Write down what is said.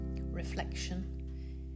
reflection